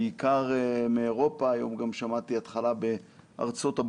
בעיקר מאירופה, היום גם שמעתי התחלה בארצות-הברית